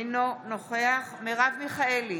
אינו נוכח מרב מיכאלי,